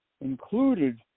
included